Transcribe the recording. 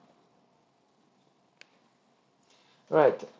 alright